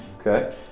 Okay